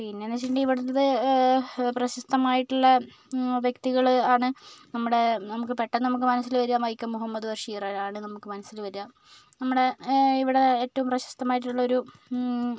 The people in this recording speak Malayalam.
പിന്നെ എന്ന് വെച്ചിട്ടുണ്ടെങ്കിൽ ഇവിടുത്തെ പ്രശസ്തമായിട്ടുള്ള വ്യക്തികൾ ആണ് നമ്മുടെ നമുക്ക് പെട്ടെന്ന് നമുക്ക് മനസ്സിൽ വരിക വൈക്കം മുഹമ്മദ് ബഷീർ ആണ് നമുക്ക് മനസ്സിൽ വരിക നമ്മുടെ ഇവിടെ ഏറ്റവും പ്രശസ്തമായിട്ടുള്ളൊരു